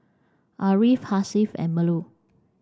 Ariff Hasif and Melur